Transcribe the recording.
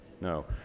No